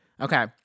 Okay